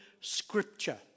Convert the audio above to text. Scripture